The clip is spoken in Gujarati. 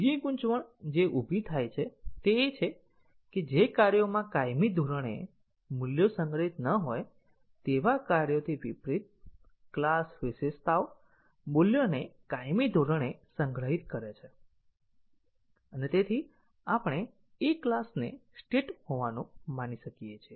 બીજી ગૂંચવણ જે iઊભી થાય છે તે એ છે કે જે કાર્યોમાં કાયમી ધોરણે મૂલ્યો સંગ્રહિત ન હોય તેવા કાર્યોથી વિપરીત ક્લાસ વિશેષતાઓ મૂલ્યોને કાયમી ધોરણે સંગ્રહિત કરે છે અને આપણે એક ક્લાસને સ્ટેટ હોવાનું માની શકીએ છીએ